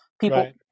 People